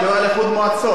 לא על איחוד מועצות,